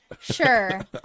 sure